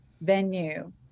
venue